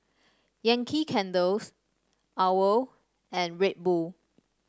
Yankee Candles OWL and Red Bull